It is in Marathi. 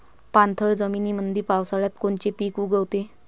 पाणथळ जमीनीमंदी पावसाळ्यात कोनचे पिक उगवते?